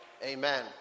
amen